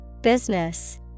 Business